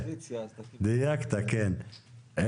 דייקת, כן.